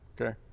Okay